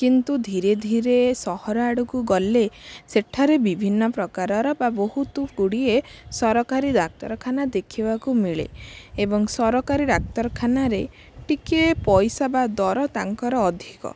କିନ୍ତୁ ଧୀରେ ଧୀରେ ସହର ଆଡ଼କୁ ଗଲେ ସେଠାରେ ବିଭିନ୍ନ ପ୍ରକାରର ବା ବହୁତ ଗୁଡ଼ିଏ ସରକାରୀ ଡାକ୍ତରଖାନା ଦେଖିବାକୁ ମିଳେ ଏବଂ ସରକାରୀ ଡାକ୍ତରଖାନାରେ ଟିକିଏ ପଇସା ବା ଦର ତାଙ୍କର ଅଧିକ